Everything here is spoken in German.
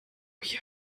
hier